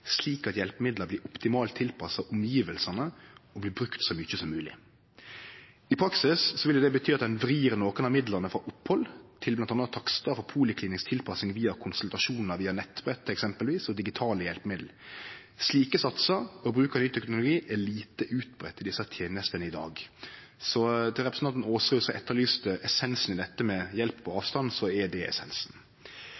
slik at hjelpemidla blir optimalt tilpassa omgjevnadene og brukte så mykje som mogleg. I praksis vil det bety at ein vrir nokre av midlane frå opphald til bl.a. takstar for poliklinisk tilpassing via konsultasjonar via eksempelvis nettbrett og digitale hjelpemiddel. Slike satsar, og bruk av ny teknologi, er lite utbreidd i desse tenestene i dag. Så til representanten Aasrud som etterlyste essensen i dette med hjelp på